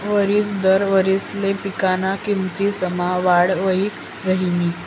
वरिस दर वारिसले पिकना किमतीसमा वाढ वही राहिनी